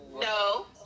no